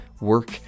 work